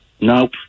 Nope